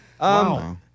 Wow